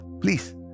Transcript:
please